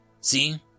See